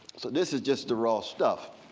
so this is just the raw stuff